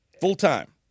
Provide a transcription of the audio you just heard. Full-time